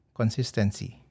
consistency